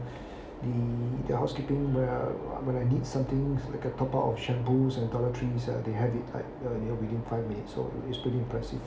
the their housekeeping where when I need something like the top up of shampoos and toiletries they had it like within five minutes so is pretty impressive